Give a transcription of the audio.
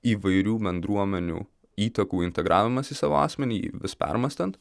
įvairių bendruomenių įtakų integravimas į savo asmenį jį vis permąstant